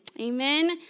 Amen